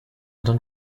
don’t